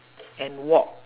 and walk